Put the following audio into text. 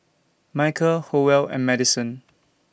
Micah Howell and Maddison